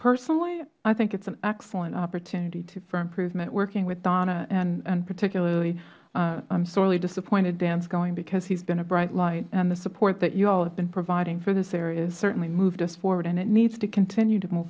personally i think it is an excellent opportunity for improvement working with donna and particularly i am sorely disappointed dan is going because he has been a bright light and the support that you all have been providing for this area has certainly moved us forward and it needs to continue to move